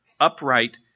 upright